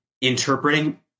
interpreting